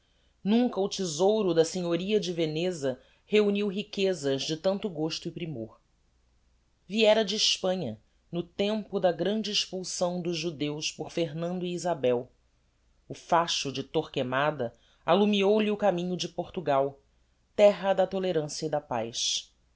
nunca o thesouro da senhoria de veneza reuniu riquezas de tanto gosto e primor viera de hespanha no tempo da grande expulsão dos judeus por fernando e isabel o facho de torquemada allumiou lhe o caminho de portugal terra da tolerancia e da paz